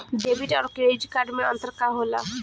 Debit और credit card मे अंतर का होला?